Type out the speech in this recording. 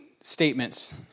statements